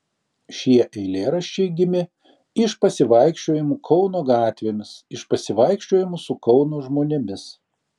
šie eilėraščiai gimė iš pasivaikščiojimų kauno gatvėmis iš pasivaikščiojimų su kauno žmonėmis